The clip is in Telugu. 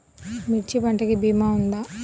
మిర్చి పంటకి భీమా ఉందా?